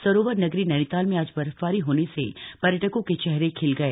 सरोवर नगरी नैनीताल में आज बर्फबारी होने से पर्यटकों के चेहरे खिल गए